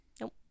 Nope